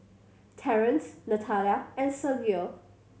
Terance Natalia and Sergio